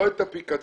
לא את הפיקדון,